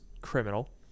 criminal